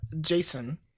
Jason